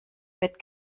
bett